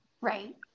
Right